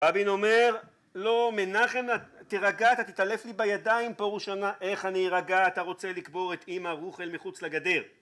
רבין אומר, לא, מנחם, תירגע, אתה תתעלף לי בידיים. פורוש ענה: לא, איך אני ארגע, אתה רוצה לקבור את אמא רוחל מחוץ לגדר